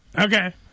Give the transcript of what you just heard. Okay